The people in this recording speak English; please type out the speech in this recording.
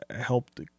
helped